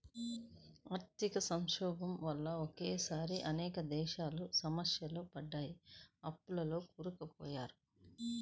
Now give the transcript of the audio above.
ఆర్థిక సంక్షోభం వల్ల ఒకేసారి అనేక దేశాలు సమస్యల్లో పడ్డాయి, అప్పుల్లో కూరుకుపోయారు